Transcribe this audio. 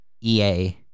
EA